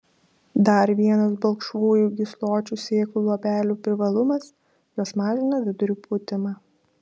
dar vienas balkšvųjų gysločių sėklų luobelių privalumas jos mažina vidurių pūtimą